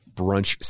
brunch